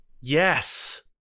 yes